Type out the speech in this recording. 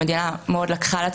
המדינה לקחה על עצמה,